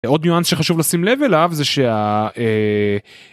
עוד ניואנס שחשוב לשים לב אליו זה שה...